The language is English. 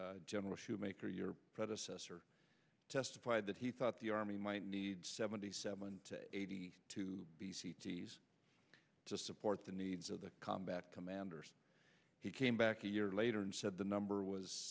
general schoomaker your predecessor testified that he thought the army might need seventy seven to eighty two just support the needs of the combat commanders he came back a year later and said the number was